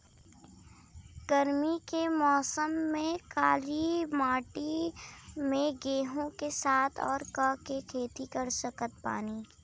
गरमी के मौसम में काली माटी में गेहूँ के साथ और का के खेती कर सकत बानी?